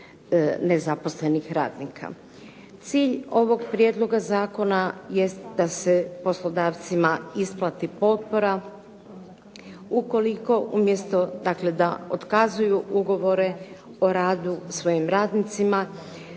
nezaposlenih radnika. Cilj ovog prijedloga zakona jest da se poslodavcima isplati potpora ukoliko umjesto, dakle da otkazuju ugovore o radu svojim radnicima